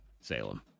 Salem